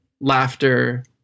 laughter